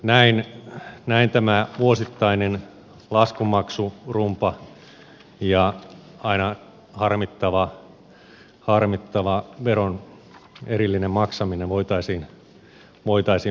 näin tämä vuosittainen laskunmaksurumba ja aina harmittava veron erillinen maksaminen voitaisiin välttää